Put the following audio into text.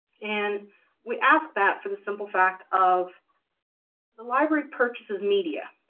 and we ask that for the simple fact of the library purchases media,